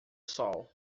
sol